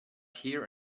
here